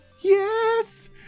yes